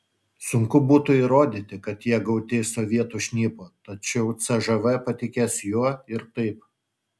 sunku būtų įrodyti kad jie gauti iš sovietų šnipo tačiau cžv patikės juo ir taip